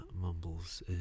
Mumbles